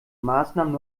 maßnahmen